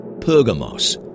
Pergamos